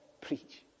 preach